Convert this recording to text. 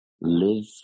live